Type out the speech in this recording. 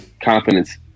confidence